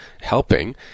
helping